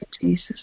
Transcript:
Jesus